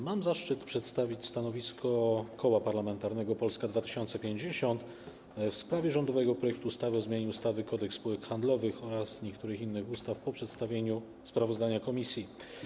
Mam zaszczyt przedstawić stanowisko Koła Parlamentarnego Polska 2050 w sprawie rządowego projektu ustawy o zmianie ustawy - Kodeks spółek handlowych oraz niektórych innych ustaw po przedstawieniu sprawozdania komisji.